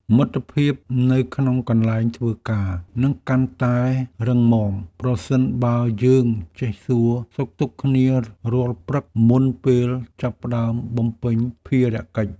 មិត្តភាពនៅក្នុងកន្លែងធ្វើការនឹងកាន់តែរឹងមាំប្រសិនបើយើងចេះសួរសុខទុក្ខគ្នារាល់ព្រឹកមុនពេលចាប់ផ្តើមបំពេញភារកិច្ច។